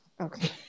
okay